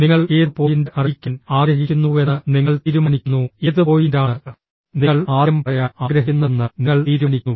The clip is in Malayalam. നിങ്ങൾ ഏത് പോയിന്റ് അറിയിക്കാൻ ആഗ്രഹിക്കുന്നുവെന്ന് നിങ്ങൾ തീരുമാനിക്കുന്നു ഏത് പോയിന്റാണ് നിങ്ങൾ ആദ്യം പറയാൻ ആഗ്രഹിക്കുന്നതെന്ന് നിങ്ങൾ തീരുമാനിക്കുന്നു